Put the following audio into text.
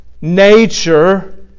nature